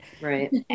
Right